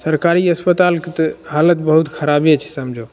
सरकारी अस्पतालके तऽ हालत बहुत खराबे छै समझो